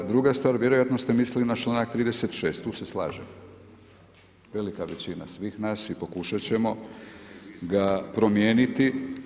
Druga stvar, vjerojatno ste mislili na članak 36. tu se slažem, velika većina svih nas i pokušat ćemo ga promijeniti.